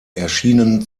erschienen